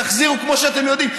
תחזירו, כמו שאתם יודעים.